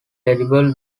edible